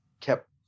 kept